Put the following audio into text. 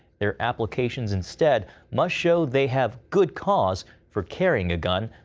their applications, instead, must show they have good cause for carrying a gun,